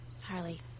Harley